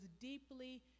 deeply